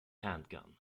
handgun